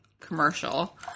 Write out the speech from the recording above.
commercial